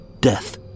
death